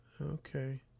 Okay